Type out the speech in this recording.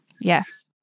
Yes